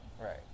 Right